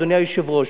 אדוני היושב-ראש,